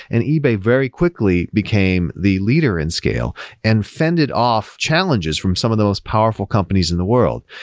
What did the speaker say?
and ebay very quickly became the leader in scale and fended off challenges from some of the most powerful companies in the world.